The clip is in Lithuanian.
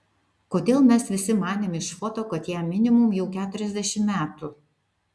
kodėl mes visi manėm iš foto kad jam minimum jau keturiasdešimt metų